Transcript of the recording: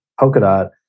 Polkadot